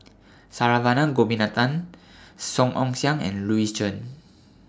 Saravanan Gopinathan Song Ong Siang and Louis Chen